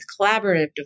collaborative